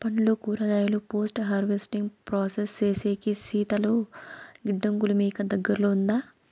పండ్లు కూరగాయలు post harvesting process సేసేకి శీతల గిడ్డంగులు మీకు దగ్గర్లో ఉందా?